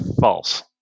false